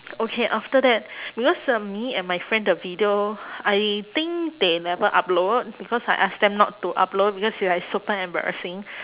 okay after that because uh me and my friend the video I think they never upload because I ask them not to upload because it's like super embarrassing